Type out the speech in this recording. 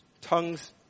Tongues